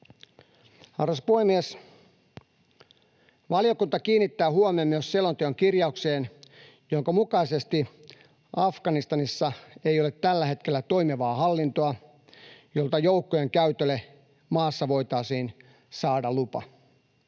Arvoisa puhemies! Valiokunta kiinnittää huomiota myös selonteon kirjaukseen, jonka mukaisesti Afganistanissa ei ole tällä hetkellä toimivaa hallintoa, jolta joukkojen käytölle maassa voitaisiin saada lupa.